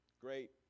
great